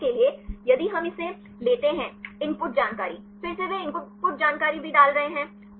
उदाहरण के लिए यदि हम इसे लेते हैं इनपुट जानकारी फिर से वे इनपुट जानकारी भी डाल रहे है